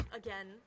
again